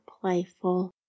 playful